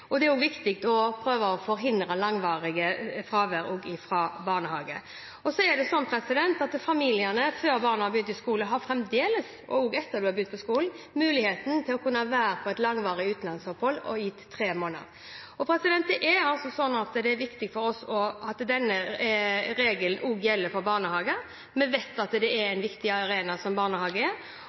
barnehage er en ganske viktig arena for integrering og særlig for språkutvikling, og det er viktig å prøve å forhindre langvarig fravær fra barnehage. Så er det slik at familiene, før barna har begynt på skolen – og også etter at de har begynt på skolen – fremdeles har mulighet til å kunne være på et langvarig utenlandsopphold, i tre måneder. Og det er viktig for oss at denne regelen også gjelder for barnehage. Vi vet hvilken viktig arena barnehagen er,